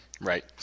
Right